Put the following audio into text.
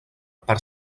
per